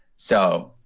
so,